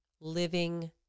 living